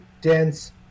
dense